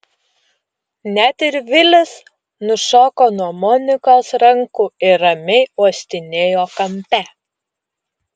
net ir vilis nušoko nuo monikos rankų ir ramiai uostinėjo kampe